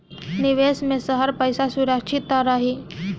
निवेश में हमार पईसा सुरक्षित त रही?